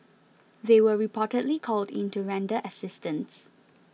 they were reportedly called in to render assistance